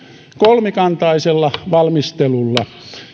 kolmikantaisella valmistelulla